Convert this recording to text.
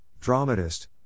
dramatist